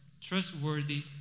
trustworthy